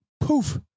poof